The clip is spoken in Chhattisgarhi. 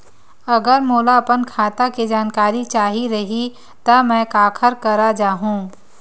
अगर मोला अपन खाता के जानकारी चाही रहि त मैं काखर करा जाहु?